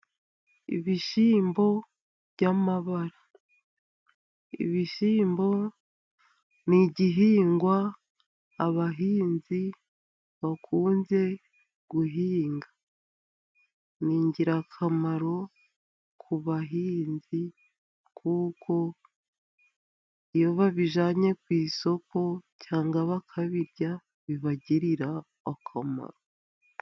Ibishyimbo by'amabara, ibishyimbo ni igihingwa abahinzi bakunze guhinga ni ingirakamaro ku bahinzi, kuko iyo babijyanye ku isoko cyangwa bakabirya bibagirira akamaro.